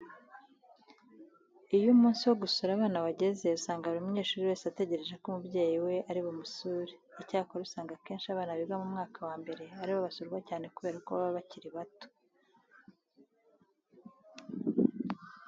Iyo umunsi wo gusura abana wageze usanga buri munyeshuri wese ategereje ko umubyeyi we ari bumusuro. Icyakora usanga akenshi abana biga mu mwaka wa mbere ari bo basurwa cyane kubera ko bo baba bakiri bato.